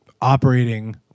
operating